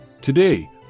today